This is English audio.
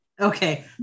Okay